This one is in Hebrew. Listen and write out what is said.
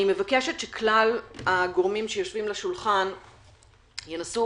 אני מבקשת שכלל הגורמים שיושבים לשולחן ינסו